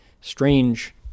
strange